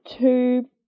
two